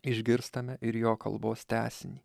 išgirstame ir jo kalbos tęsinį